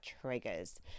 triggers